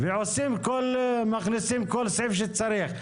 ומכניסים כל סעיף שצריך.